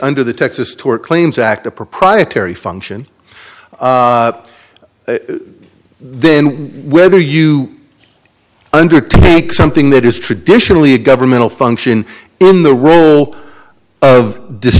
under the texas tort claims act of proprietary function then whether you undertake something that is traditionally a governmental function in the role of